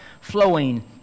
flowing